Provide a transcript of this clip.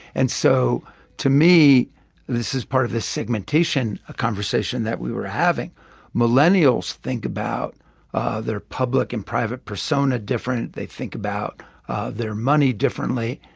and so to me this is part of the segmentation conversation that we were having millennials think about their public and private persona differently. they think about their money differently.